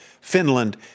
Finland